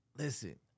Listen